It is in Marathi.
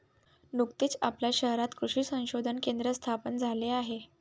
नुकतेच आपल्या शहरात कृषी संशोधन केंद्र स्थापन झाले आहे